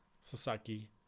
Sasaki